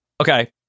Okay